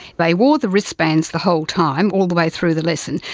they wore the wristbands the whole time, all the way through the lesson.